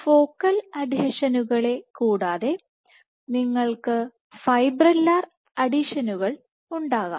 focal അഡ്ഹീഷനുകളെ കൂടാതെ നിങ്ങൾക്ക് ഫൈബ്രില്ലർ അഡ്ഹീഷനുകൾ ഉണ്ടാകാം